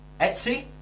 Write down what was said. Etsy